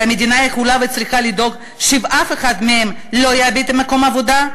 והמדינה יכולה וצריכה לדאוג שאף אחד מהם לא יאבד את מקום העבודה.